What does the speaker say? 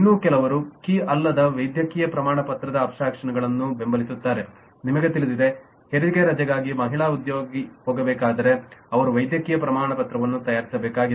ಇನ್ನೂ ಕೆಲವರು ಕೀ ಅಲ್ಲದ ವೈದ್ಯಕೀಯ ಪ್ರಮಾಣಪತ್ರದ ಅಬ್ಸ್ಟ್ರಾಕ್ಷನ ನ್ನು ಬೆಂಬಲಿಸುತ್ತಾರೆ ನಿಮಗೆ ತಿಳಿದಿದೆ ಹೆರಿಗೆ ರಜೆಗಾಗಿ ಮಹಿಳಾ ಉದ್ಯೋಗಿ ಹೋಗಬೇಕಾದರೆ ಅವರು ವೈದ್ಯಕೀಯ ಪ್ರಮಾಣಪತ್ರವನ್ನು ತಯಾರಿಸಬೇಕಾಗಿದೆ